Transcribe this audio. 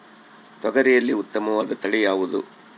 ತೊಗರಿಯಲ್ಲಿ ಉತ್ತಮವಾದ ತಳಿ ಯಾವುದು?